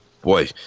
boy